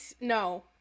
No